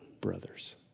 brothers